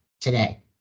today